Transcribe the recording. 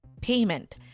payment